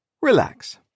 relax